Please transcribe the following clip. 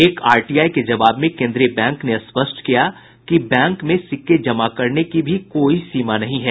एक आरटीआई के जवाब में केन्द्रीय बैंक ने स्पष्ट किया कि बैंक में सिक्के जमा करने की भी कोई सीमा नहीं है